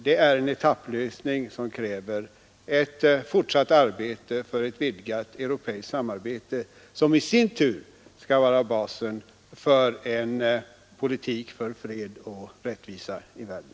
Den etapplösningen kräver fortsatt arbete för ett vidgat europeiskt samarbete, som i sin tur skall vara basen för en politik för fred och rättvisa i världen.